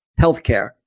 healthcare